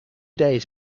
days